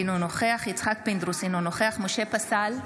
אינו נוכח יצחק פינדרוס, אינו נוכח משה פסל,